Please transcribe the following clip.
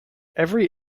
every